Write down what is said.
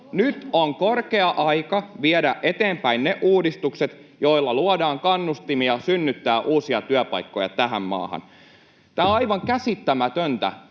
Nyt on korkea aika viedä eteenpäin ne uudistukset, joilla luodaan kannustimia synnyttää uusia työpaikkoja tähän maahan. Tämä on aivan käsittämätöntä,